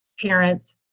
parents